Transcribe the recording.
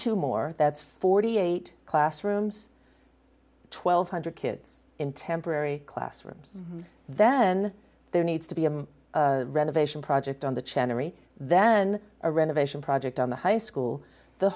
two more that's forty eight classrooms twelve hundred kids in temporary classrooms then there needs to be a renovation project on the channel then a renovation project on the high school the